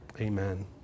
Amen